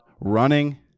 running